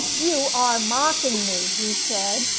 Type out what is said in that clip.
you are mocking me, he said.